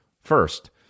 first